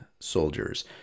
soldiers